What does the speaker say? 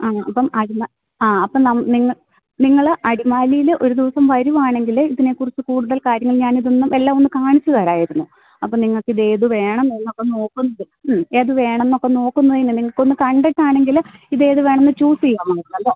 ആ ഇപ്പം ആ അപ്പം നിങ്ങൾ അടിമാലിയിൽ ഒരു ദിവസം വരികയാണെങ്കിൽ ഇതിനെ കുറിച്ച് കൂടുതൽ കാര്യങ്ങൾ ഞാനിതൊന്ന് എല്ലാം ഒന്നു കാണിച്ച് തരാമായിരുന്നു അപ്പം നിങ്ങൾക്ക് ഇത് ഏത് വേണമെന്നുള്ളത് അപ്പം നോക്കുമ്പോൾ ഏത് വേണമെന്നൊക്കെ നോക്കുന്നതിന് നിങ്ങൾക്ക് ഒന്ന് കണ്ടിട്ടാണെങ്കിൽ ഇത് ഏത് വേണമെന്ന് ചൂസ് ചെയ്യാം നിങ്ങൾക്ക് അധികവും